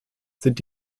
sind